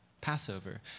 Passover